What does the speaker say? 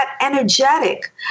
energetic